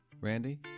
Randy